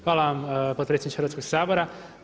Hvala vam potpredsjedniče Hrvatskog sabora.